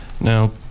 now